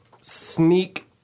sneak